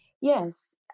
Yes